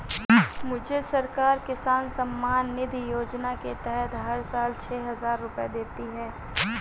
मुझे सरकार किसान सम्मान निधि योजना के तहत हर साल छह हज़ार रुपए देती है